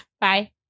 Bye